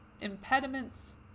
impediments